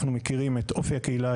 אנחנו מכירים את אופי הקהילה,